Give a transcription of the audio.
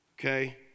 okay